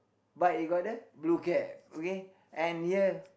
but it got the blue cap okay and here